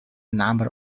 number